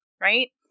right